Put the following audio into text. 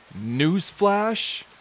Newsflash